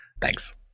Thanks